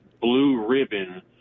blue-ribbon